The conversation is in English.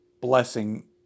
blessing